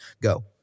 go